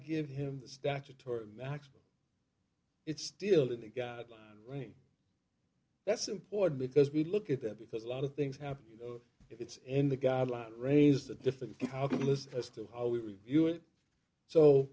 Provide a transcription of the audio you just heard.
give him the statutory maximum it's still in the guidelines really that's important because we look at that because a lot of things happen if it's in the guidelines raised a different calculus as to how we view it so